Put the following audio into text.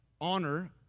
honor